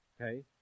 okay